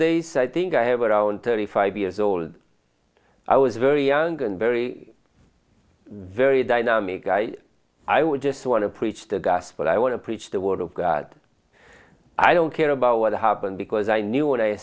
days i think i have around thirty five years old i was very young and very very dynamic i i would just want to preach the gospel i want to preach the word of god i don't care about what happened because i knew what i